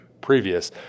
previous